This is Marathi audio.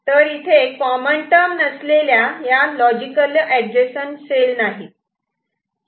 तर इथे कॉमन टर्म नसलेल्या लॉजिकली एडजसंट सेल नाहीत